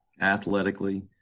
athletically